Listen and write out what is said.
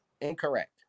Incorrect